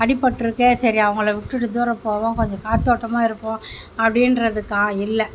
அடிப்பட்ருக்கே சரி அவங்களை விட்டுவிட்டு தூர போவோம் கொஞ்சம் காத்தோட்டமாக இருப்போம் அப்படின்றதுக்கா இல்லை